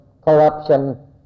corruption